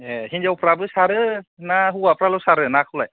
ए हिनजावफ्राबो सारो ना हौवाफ्राल' सारो नाखौलाय